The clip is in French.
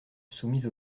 soumise